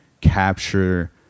capture